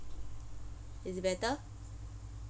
is it better